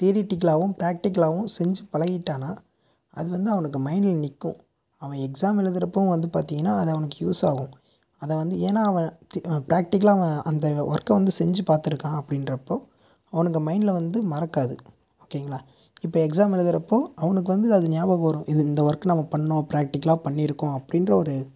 தியரிட்டிகலாகவும் ப்ராக்டிகலாகவும் செஞ்சு பழகிட்டானா அது வந்து அவனுக்கு மைண்டில் நிற்கும் அவன் எக்ஸாம் எழுதுகிறப்பவும் வந்து பார்த்திங்கனா அது அவனுக்கு யூஸ் ஆகும் அதை வந்து ஏனால் அவன் ப்ராக்டிகலாக அவன் அந்த ஒர்க்கை வந்து செஞ்சு பார்த்துருக்கான் அப்படின்றப்போ அவனுக்கு மைண்டில் வந்து மறக்காது ஓகேங்களா இப்போ எக்ஸாம் எழுதுகிறப்போ அவனுக்கு வந்து அது ஞாபகம் வரும் இது இந்த ஒர்க் நம்ம பண்ணிணோம் ப்ராக்டிக்கலாக பண்ணியிருக்கோம் அப்படின்ற ஒரு